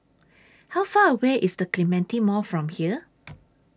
How Far away IS The Clementi Mall from here